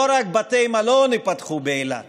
לא רק בתי מלון ייפתחו באילת